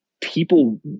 people